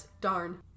Darn